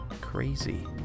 Crazy